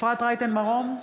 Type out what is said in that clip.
אפרת רייטן מרום,